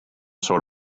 sort